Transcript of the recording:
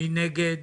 מי נגד?